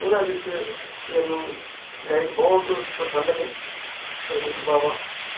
ਉਹਨਾਂ ਵਿੱਚ ਮੈਨੂੰ ਗਾਇਕ ਬਹੁਤ ਸ ਪਸੰਦ ਨੇ ਰਣਜੀਤ ਬਾਵਾ